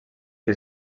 que